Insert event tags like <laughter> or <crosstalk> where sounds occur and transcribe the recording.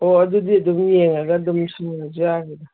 ꯑꯣ ꯑꯗꯨꯗꯤ ꯑꯗꯨꯝ ꯌꯦꯡꯉꯒ ꯑꯗꯨꯝ <unintelligible> ꯌꯥꯅꯤꯗ